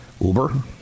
Uber